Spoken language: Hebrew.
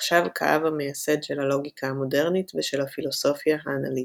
נחשב כאב המייסד של הלוגיקה המודרנית ושל הפילוסופיה האנליטית.